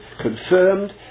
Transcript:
confirmed